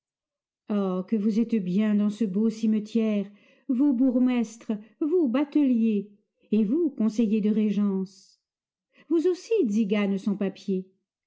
ah que vous êtes bien dans le beau cimetière vous bourgmestres vous bateliers et vous conseillers de régence vous aussi tziganes sans